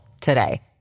today